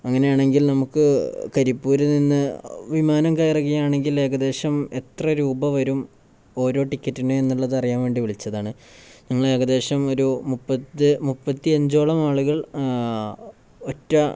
അങ്ങനെയാണെങ്കിൽ നമുക്ക് കരിപ്പൂരില്നിന്നു വിമാനം കയറുകയാണെങ്കിൽ ഏകദേശം എത്ര രൂപ വരും ഓരോ ടിക്കറ്റിന് എന്നുള്ളതറിയാൻ വേണ്ടി വിളിച്ചതാണ് ഞങ്ങള് ഏകദേശം ഒരു മുപ്പത് മുപ്പത്തിയഞ്ചോളം ആളുകൾ ഒറ്റ